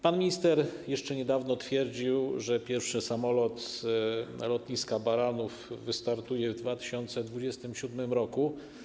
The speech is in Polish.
Pan minister jeszcze niedawno twierdził, że pierwszy samolot z lotniska w Baranowie wystartuje w 2027 r.